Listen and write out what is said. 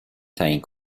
تعیین